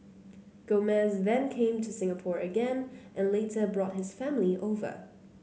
Gomez then came to Singapore again and later brought his family over